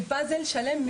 ופאזל שלם.